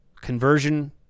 conversion